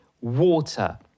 water